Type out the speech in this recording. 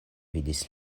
vidis